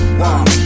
one